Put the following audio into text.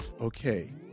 okay